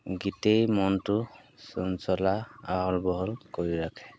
গীতেই মনটো চঞ্চলা আহল বহল কৰি ৰাখে